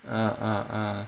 uh uh uh